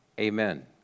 Amen